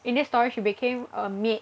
in this story she became a maid